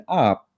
up